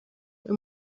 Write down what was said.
uyu